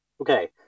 Okay